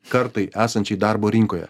kartai esančiai darbo rinkoje